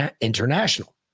International